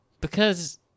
Because-